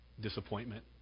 disappointment